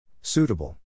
Suitable